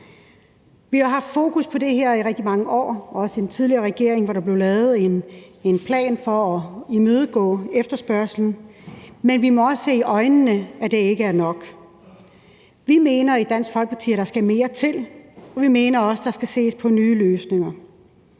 Vi har haft fokus på det her i rigtig mange år, og også under en tidligere regering, hvor der blev lavet en plan for at imødegå det. Men vi må også se i øjnene, at det ikke er nok. I Dansk Folkeparti mener vi, at der skal mere til, og vi mener også, at der skal findes på nye løsninger.